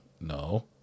no